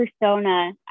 persona